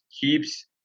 keeps